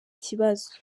kibazo